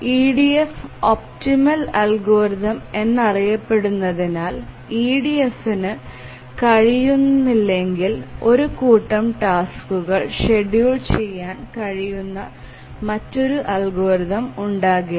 EDF optimal algorithm എന്നറിയപ്പെടുന്നതിനാൽ EDFന് കഴിയുന്നില്ലെങ്കിൽ ഒരു കൂട്ടം ടാസ്ക്കുകൾ ഷെഡ്യൂൾ ചെയ്യാൻ കഴിയുന്ന മറ്റൊരു അൽഗോരിതം ഉണ്ടാകില്ല